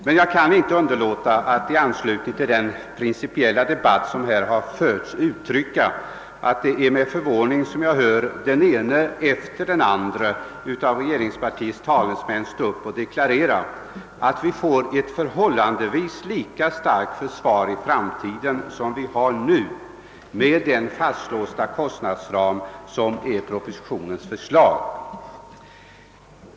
Jag kan emellertid inte underlåta att i anslutning till den principiella debatt som förts uttrycka min förvåning över att den ene efter den andre av rege ringspartiets talesmän här deklarerar, att vi får ett förhållandevis lika starkt försvar i framtiden som nu med den fastlåsta kostnadsram som föreslås i propositionen.